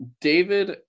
David